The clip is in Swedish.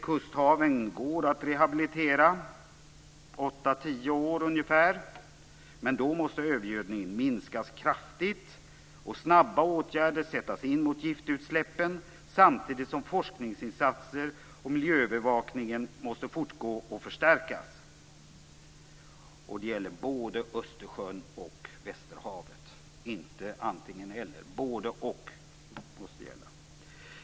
Kusthaven går att rehabilitera, på åtta tio år ungefär. Men då måste övergödningen minskas kraftigt och snabba åtgärder sättas in mot giftutsläppen samtidigt som forskningsinsatser och miljöbevakning fortgår och förstärks. Detta gäller både Östersjön och västerhavet - inte antingen-eller. Både-och måste gälla.